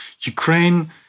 Ukraine